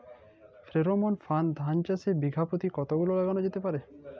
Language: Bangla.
ফ্রেরোমন ফাঁদ ধান চাষে বিঘা পতি কতগুলো লাগানো যেতে পারে?